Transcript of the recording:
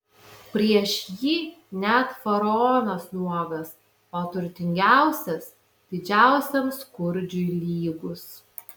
prieš jį net faraonas nuogas o turtingiausias didžiausiam skurdžiui lygus